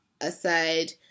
aside